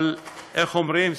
אבל איך אומרים?